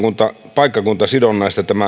paikkakuntasidonnaista